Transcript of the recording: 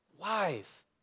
wise